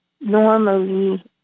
normally